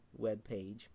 webpage